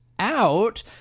Out